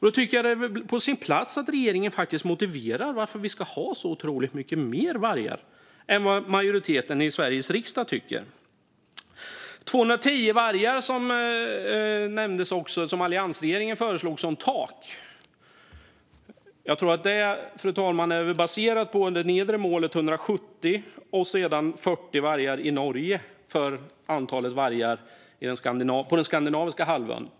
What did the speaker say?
Då tycker jag att det vore på sin plats att regeringen motiverade varför vi ska ha så otroligt mycket mer varg än vad majoriteten i Sveriges riksdag tycker. Det nämndes att alliansregeringen hade föreslagit 210 vargar som tak. Jag tror att det, fru talman, var baserat på det nedre målet 170 och sedan 40 vargar i Norge för antalet vargar på den skandinaviska halvön.